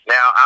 Now